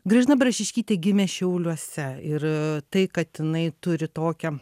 gražina brašiškytė gimė šiauliuose ir tai kad jinai turi tokią